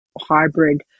hybrid